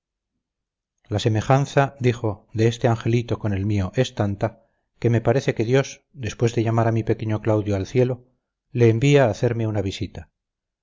la semejanza dijo de este angelito con el mío es tanta que me parece que dios después de llamar a mi pequeño claudio al cielo le envía a hacerme una visita